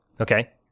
Okay